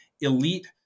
elite